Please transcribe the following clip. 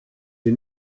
sie